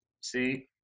see